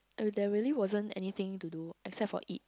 oh there really wasn't anything to do except for eat